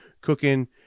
cooking